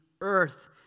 earth